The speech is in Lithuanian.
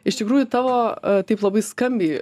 iš tikrųjų tavo taip labai skambiai